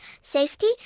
safety